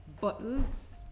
bottles